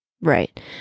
Right